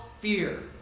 fear